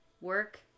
work